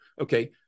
Okay